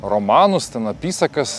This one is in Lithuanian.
romanus ten apysakas